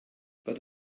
but